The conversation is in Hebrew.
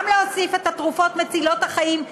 גם להוסיף את התרופות מצילות החיים,